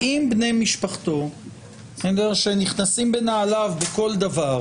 האם בני משפחתו שנכנסים בנעליו בכל דבר